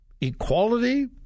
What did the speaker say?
equality